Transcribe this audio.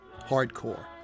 Hardcore